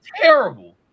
Terrible